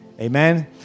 amen